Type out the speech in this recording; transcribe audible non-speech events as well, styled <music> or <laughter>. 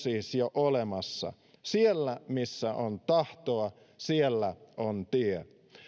<unintelligible> siis jo olemassa siellä missä on tahtoa siellä on tie